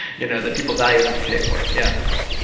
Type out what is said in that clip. you know that people value enough to pay for? yeah,